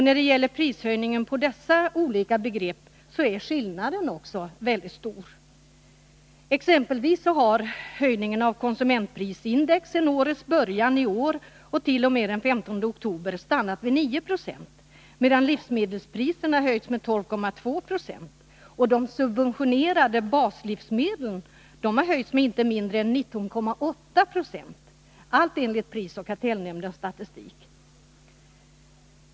När det gäller prishöjningen är skillnaden också väldigt stor mellan dessa två olika begrepp. Exempelvis har höjningen av konsumentprisindex sedan årets början och t.o.m. den I5 oktober stannat vid 9 26, medan livsmedelspriserna höjts med 12,2 20. De subventionerade baslivsmedlen har höjts med inte mindre än 19,8 96 — allt enligt prisoch kartellnämndens statistik.